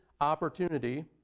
opportunity